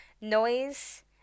noise